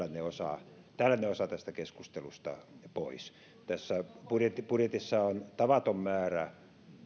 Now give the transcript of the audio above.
tällainen osa tästä keskustelusta pois tässä budjetissa on tavaton määrä